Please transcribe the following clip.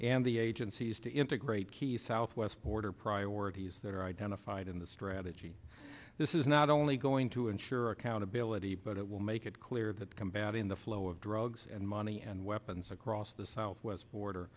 and the agencies to integrate key southwest border priorities that are identified in the strategy this is not only going to ensure accountability but it will make it clear that combating the flow of drugs and money and weapons across the southwest border